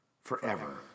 forever